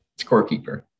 scorekeeper